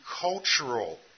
cultural